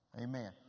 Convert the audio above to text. Amen